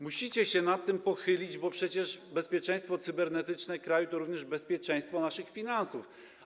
Musicie się nad tym pochylić, bo przecież bezpieczeństwo cybernetyczne kraju to również bezpieczeństwo naszych finansów.